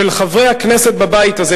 של חברי הכנסת בבית הזה,